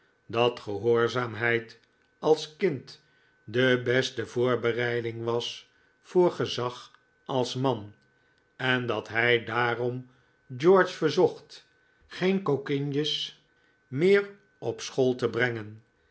dat gehoorzaamheid als kind de beste voorbereiding was voor gezag als man en dat hij daarom george verzocht geen kokinjes meer op school te brengen